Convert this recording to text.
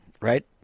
Right